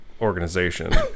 organization